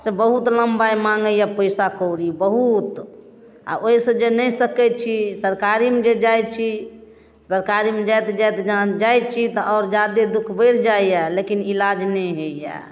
से बहुत लम्बाइ माँगैए पइसा कौड़ी बहुत आओर ओहिसँ जे नहि सकै छी सरकारीमे जे जाए छी सरकारीमे जाएत जाएत जहन जाए छी तऽ आओर ज्यादे दुख बढ़ि जाइए लेकिन इलाज नहि होइए